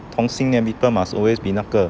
同性恋 people must always be 那个